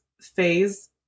phase